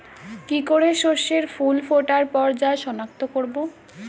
কি করে শস্যের ফুল ফোটার পর্যায় শনাক্ত করব?